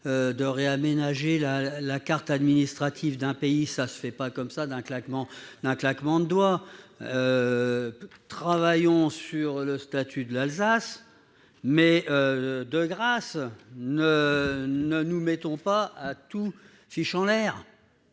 ! Réaménager la carte administrative d'un pays est une chose sérieuse, et ça ne se fait pas d'un claquement de doigts ! Travaillons sur le statut de l'Alsace, mais, de grâce, ne nous mettons pas à tout fiche en l'air